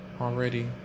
Already